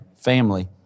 family